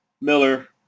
Miller